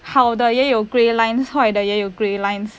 好的也有 grey lines 坏的也有 grey lines